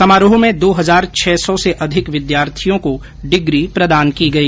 समारोह में दो हजार छह सौ से अधिक विद्यार्थियों को डिग्री प्रदान की गई